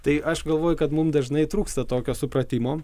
tai aš galvoju kad mum dažnai trūksta tokio supratimo